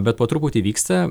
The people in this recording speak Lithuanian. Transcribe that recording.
bet po truputį vyksta